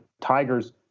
tigers